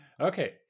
okay